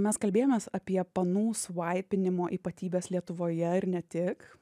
mes kalbėjomės apie panų svaipinimo ypatybes lietuvoje ir ne tik